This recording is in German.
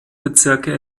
bezirke